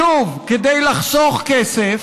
שוב, כדי לחסוך כסף,